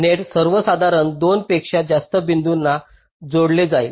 net सर्वसाधारणपणे 2 पेक्षा जास्त बिंदूंना जोडले जाईल